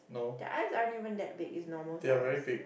their eyes aren't even that big it's normal size